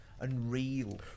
Unreal